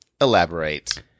elaborate